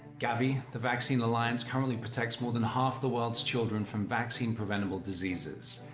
gavi, the vaccine alliance, currently protects more than half the world's children from vaccine-preventable diseases.